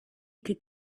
could